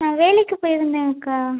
நான் வேலைக்கு போயிருந்தேன்க்கா